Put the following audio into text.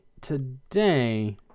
today